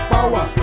Power